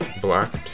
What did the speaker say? blocked